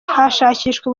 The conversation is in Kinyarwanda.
hashakishwa